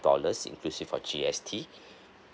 dollars inclusive of G_S_T